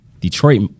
Detroit